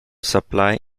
supply